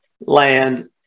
land